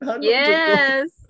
yes